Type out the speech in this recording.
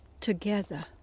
together